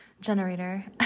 generator